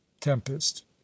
tempest